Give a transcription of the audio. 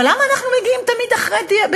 אבל למה אנחנו מגיעים תמיד בדיעבד?